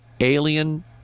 alien